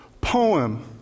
poem